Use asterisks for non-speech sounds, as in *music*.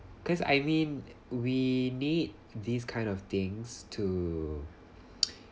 cause I mean we need these kind of things to *noise*